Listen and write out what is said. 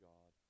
God